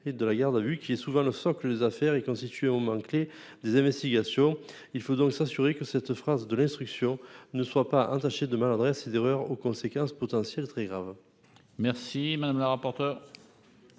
de la garde à vue, qui est souvent le socle des affaires et constitue un moment clé des investigations. Il faut donc s'assurer que cette phase de l'instruction ne soit pas entachée de maladresses et d'erreurs aux conséquences potentiellement très graves. Quel est l'avis de